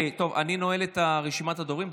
אני נועל את רשימת הדוברים,